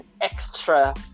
extra